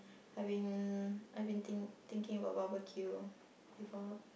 I been I been think thinking about barbecue before